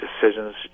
decisions